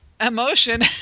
emotion